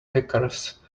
hackers